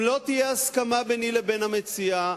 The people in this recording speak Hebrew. אם לא תהיה הסכמה ביני לבין המציע,